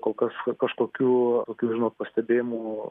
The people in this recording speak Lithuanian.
kol kas kažkokių kokių žinot pastebėjimų